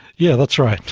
yeah that's right,